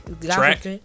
Track